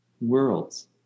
worlds